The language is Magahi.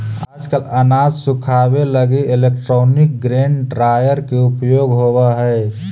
आजकल अनाज सुखावे लगी इलैक्ट्रोनिक ग्रेन ड्रॉयर के उपयोग होवऽ हई